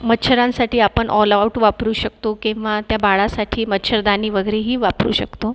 मच्छरांसाठी आपण ऑलआऊट वापरू शकतो किंवा त्या बाळासाठी मच्छरदाणी वगैरेही वापरू शकतो